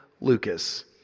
Lucas